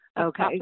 Okay